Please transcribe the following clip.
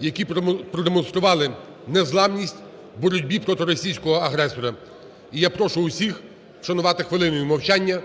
які продемонстрували незламність в боротьбі проти російського агресора. І я прошу всіх вшанувати хвилиною мовчання